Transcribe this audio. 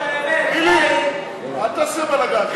חיליק, אל תעשה בלגן.